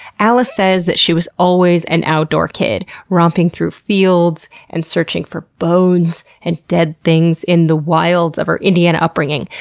allis says that she was always an outdoor kid. romping through fields and searching for bones and dead things in the wilds of her indiana upbringing.